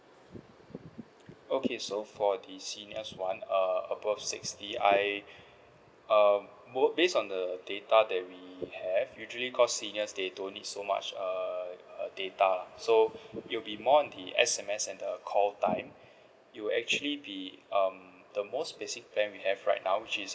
okay so for the seniors [one] uh above sixty I um most based on the data that we have usually cause seniors they don't need so much err err data lah so it will be more on the S_M_S and the call time it will actually be um the most basic plan we have right now which is